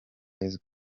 yesu